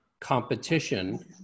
competition